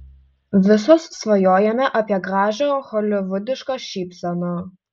visos svajojame apie gražią holivudišką šypseną